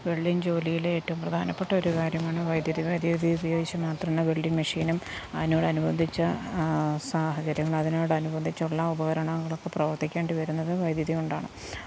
welding ജോലിയിലെ ഏറ്റവും പ്രധാനപ്പെട്ട ഒരു കാര്യമാണ് വൈദ്യുതി വൈദ്യുതി ഉപയോഗിച്ച് മാത്രമേ വെൽഡിങ് മെഷീനും അതിനോട് അനുബന്ധിച്ച സാഹചര്യങ്ങൾ അതിനോട് അനുബന്ധിച്ചുള്ള ഉപകരണങ്ങളൊക്കെ പ്രവർത്തിക്കേണ്ടി വരുന്നത് വൈദ്യുതി കൊണ്ടാണ്